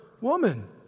Woman